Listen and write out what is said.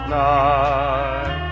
night